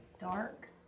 dark